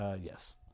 Yes